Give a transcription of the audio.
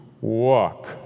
walk